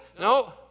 No